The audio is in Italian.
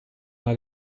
una